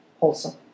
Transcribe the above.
wholesome